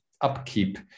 upkeep